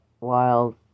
wild